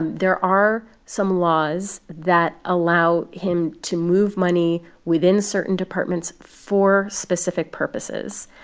there are some laws that allow him to move money within certain departments for specific purposes.